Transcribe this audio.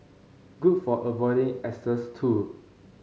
good for avoiding exes too